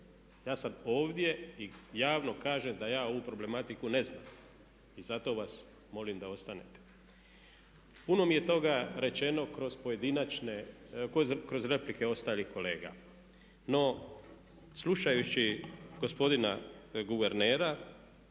Ja sam ovdje i javno kažem da ja ovu problematiku ne znam i zato vas molim da ostanete. Puno mi je toga rečeno kroz pojedinačne, kroz replike ostalih kolega. No, slušajući gospodina guvernera